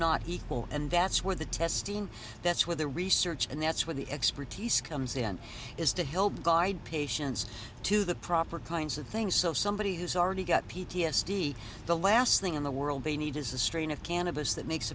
not equal and that's where the testing that's where the research and that's where the expertise comes in is to help guide patients to the proper kinds of things so somebody who's already got p t s d the last thing in the world they need is the strain of cannabis that makes